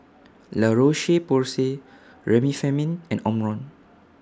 La Roche Porsay Remifemin and Omron